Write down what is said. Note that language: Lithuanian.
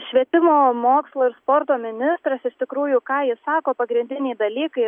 švietimo mokslo ir sporto ministras iš tikrųjų ką jis sako pagrindiniai dalykai